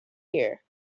here